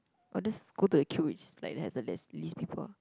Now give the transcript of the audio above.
I'll just go to the queue which is like has the less least people